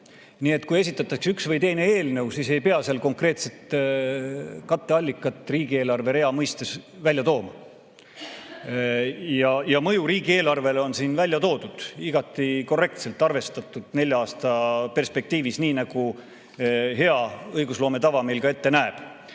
Nii et kui esitatakse üks või teine eelnõu, siis ei pea seal konkreetset katteallikat riigieelarve rea mõistes välja tooma. Ja mõju riigieelarvele on siin välja toodud, igati korrektselt arvestatud nelja aasta perspektiivis, nii nagu hea õigusloome tava meil ka ette näeb. Aga